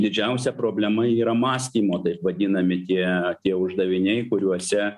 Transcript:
didžiausia problema yra mąstymo taip vadinami tie tie uždaviniai kuriuose